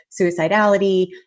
suicidality